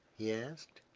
he asked.